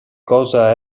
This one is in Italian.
cosa